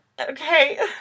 Okay